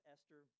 Esther